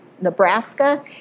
Nebraska